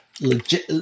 legit